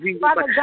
Father